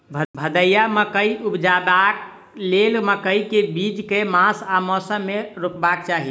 भदैया मकई उपजेबाक लेल मकई केँ बीज केँ मास आ मौसम मे रोपबाक चाहि?